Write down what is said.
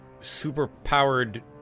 super-powered